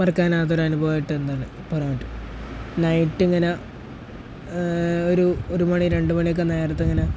മറക്കാനാവാത്തൊരു അനുഭവമായിട്ട് എന്താണ് പറയാൻ പറ്റും നൈറ്റിങ്ങന ഒരു ഒരുമണി രണ്ടുമണിയൊക്കെ നേരത്ത് ഇങ്ങനെ